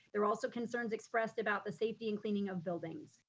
there are also concerns expressed about the safety and cleaning of buildings.